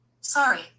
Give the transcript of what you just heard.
Sorry